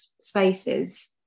spaces